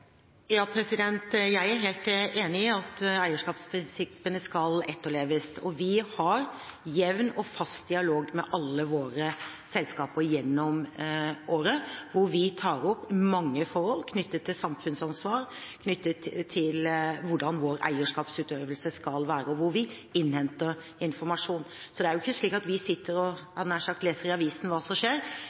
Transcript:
Jeg er helt enig i at eierskapsprinsippene skal etterleves. Vi har jevn og fast dialog med alle våre selskaper gjennom året hvor vi tar opp mange forhold knyttet til samfunnsansvar, knyttet til hvordan vår eierskapsutøvelse skal være, og hvor vi innhenter informasjon. Så det er jo ikke slik at vi sitter og nær sagt leser i avisen hva som skjer.